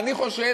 אני חושב